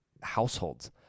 households